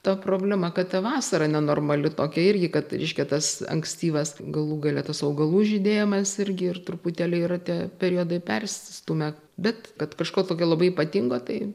ta problema kad ta vasara nenormali tokia irgi kad reiškia tas ankstyvas galų gale tas augalų žydėjimas irgi ir truputėlį rate periodai persistūmę bet kad kažko tokio labai ypatingo tai